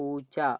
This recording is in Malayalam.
പൂച്ച